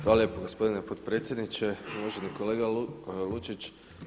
Hvala lijepo gospodine potpredsjedniče, uvaženi kolega Lučić.